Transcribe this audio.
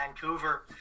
Vancouver